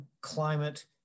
climate